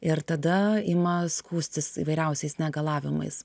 ir tada ima skųstis įvairiausiais negalavimais